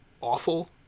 awful